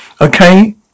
Okay